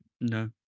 No